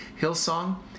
Hillsong